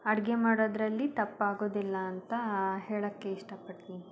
ಅಡುಗೆ ಮಾಡೋದರಲ್ಲಿ ತಪ್ಪಾಗೋದಿಲ್ಲ ಅಂತ ಹೇಳೋಕ್ಕೆ ಇಷ್ಟಪಡ್ತೀನಿ